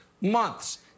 months